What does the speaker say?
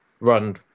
run